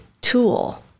tool